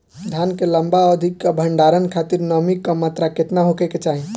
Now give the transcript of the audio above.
धान के लंबा अवधि क भंडारण खातिर नमी क मात्रा केतना होके के चाही?